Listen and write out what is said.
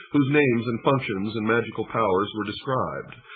whose names and functions and magical powers were described.